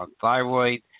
thyroid